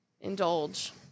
indulge